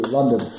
London